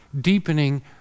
deepening